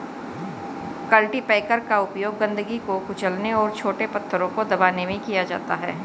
cultipacker का उपयोग गंदगी को कुचलने और छोटे पत्थरों को दबाने में किया जाता है